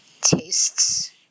tastes